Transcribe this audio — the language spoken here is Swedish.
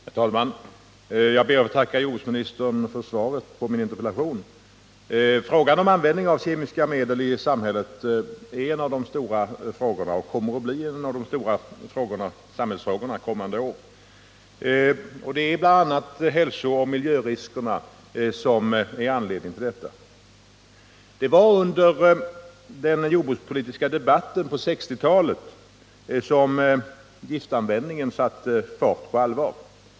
Herr talman! Jag ber att få tacka jordbruksministern för svaret på min interpellation. Frågan om användning av kemiska medel i samhället är en av de stora frågorna, och den kommer också att bli en av de stora samhällsfrågorna under kommande år. Det är bl.a. hälsooch miljöriskerna som är anledningen till detta. Det var under den jordbrukspolitiska debatten på 1960-talet som giftanvändningen satte fart på allvar.